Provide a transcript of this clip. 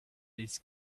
his